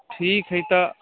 ठीक हइ तऽ